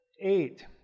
Eight